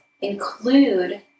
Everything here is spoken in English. include